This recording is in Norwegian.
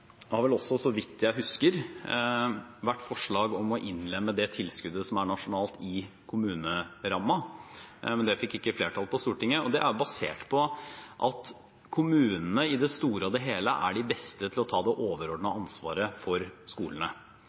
husker – vært forslag om å innlemme det som er nasjonalt tilskudd, i kommunerammen. Men det fikk ikke flertall på Stortinget, og det er basert på at kommunene i det store og hele er de beste til å ta det overordnede ansvaret for skolene